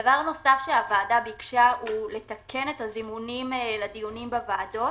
דבר נוסף שהוועדה ביקשה הוא לתקן את הזימונים לדיונים בוועדות,